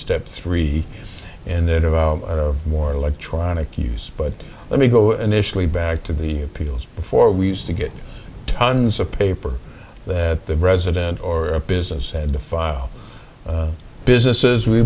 step three and more electronic use but let me go initially back to the appeals before we used to get tons of paper that the president or business and the file businesses we